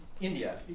India